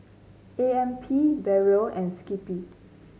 A M P Barrel and Skippy